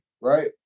right